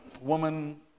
woman